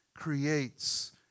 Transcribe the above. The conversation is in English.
creates